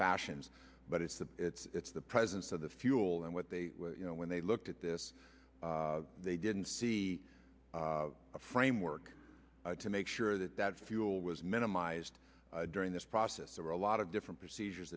fashions but it's the it's the presence of the fuel and what they you know when they looked at this they didn't see a framework to make sure that that fuel was minimized during this process or a lot of different procedures